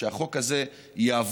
כשהחוק הזה יעבור,